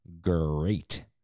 great